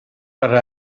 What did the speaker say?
per